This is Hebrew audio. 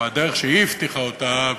בדרך שהיא הבטיחה אותה,